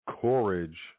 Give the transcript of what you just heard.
courage